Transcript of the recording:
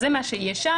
אז זה מה שיהיה שם.